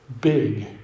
big